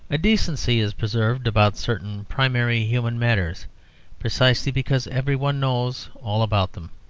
a decency is preserved about certain primary human matters precisely because every one knows all about them.